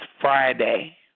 Friday